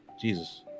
jesus